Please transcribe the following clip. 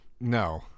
No